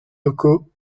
locaux